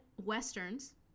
westerns